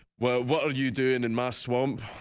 well, what are you doing in my swamp?